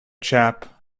chap